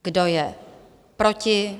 Kdo je proti?